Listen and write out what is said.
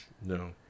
No